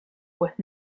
with